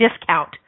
discount